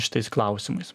šitais klausimais